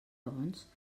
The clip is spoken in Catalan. doncs